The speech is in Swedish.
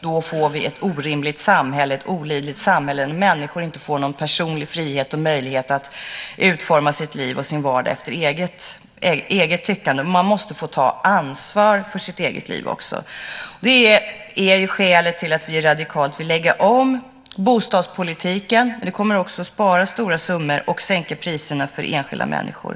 Då får vi ett orimligt och olidligt samhälle där människor inte får någon personlig frihet och möjlighet att utforma sitt liv och sin vardag efter eget tyckande. Man måste få ta ansvar för sitt eget liv. Det är skälet till att vi radikalt vill lägga om bostadspolitiken. Det kommer också att spara stora summor och sänka priserna för enskilda människor.